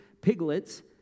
piglets